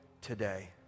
today